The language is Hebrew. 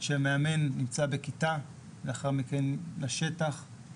שמאמן נמצא בכיתה, לאחר בכן בשטח.